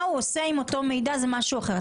מה הוא עושה עם אותו מידע זה משהו אחר.